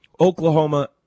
Oklahoma